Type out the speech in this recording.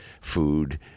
food